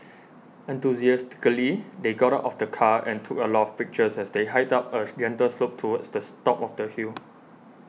enthusiastically they got out of the car and took a lot of pictures as they hiked up a gentle slope towards the top of the hill